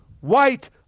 White